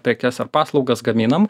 prekes ar paslaugas gaminam